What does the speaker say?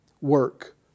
work